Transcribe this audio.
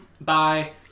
Bye